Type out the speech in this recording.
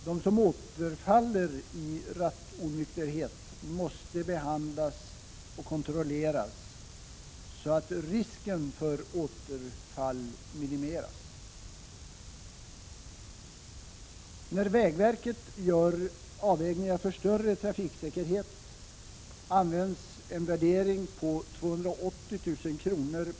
De som återfaller i rattonykterhet måste behandlas och kontrolleras, så att risken för återfall minimeras. När vägverket gör avvägningar för större trafiksäkerhet används en värdering på 280 000 kr.